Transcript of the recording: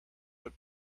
but